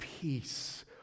peace